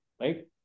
Right